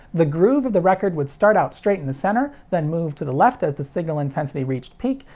the groove of the record would start out straight in the center, then move to the left as the signal intensity reached peak,